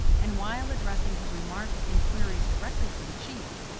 and while addressing his remarks and queries directly to the chief,